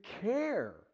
care